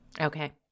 Okay